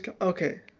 Okay